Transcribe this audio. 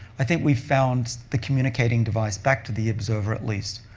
i think we've found the communicating device back to the observer at least.